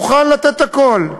מוכן לתת הכול,